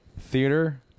Theater